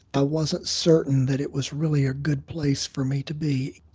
i wasn't certain that it was really a good place for me to be.